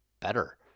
better